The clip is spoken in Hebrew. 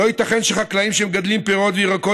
לא ייתכן שחקלאים שמגדלים פירות וירקות